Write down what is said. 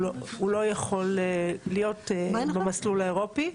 הוא לא יכול להיות במסלול האירופי.